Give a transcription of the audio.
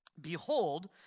Behold